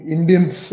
Indians